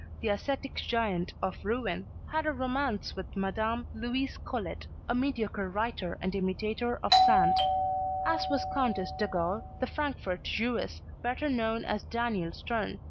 the ascetic giant of rouen, had a romance with madame louise colet, a mediocre writer and imitator of sand as was countess d'agoult, the frankfort jewess better known as daniel stern,